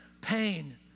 pain